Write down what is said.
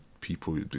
people